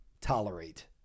tolerate